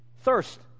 thirst